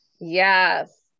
Yes